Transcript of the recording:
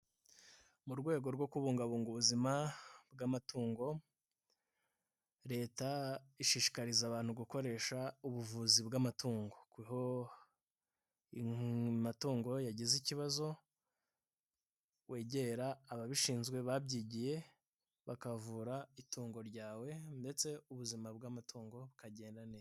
Mu rwego rwo kubungabunga ubuzima bw'amatungo, Leta ishishikariza abantu gukoresha ubuvuzi bw'amatungo, aho amatungo yagize ikibazo, wegera ababishinzwe babyigiye bakavura itungo ryawe ndetse ubuzima bw'amatungo bukagenda neza.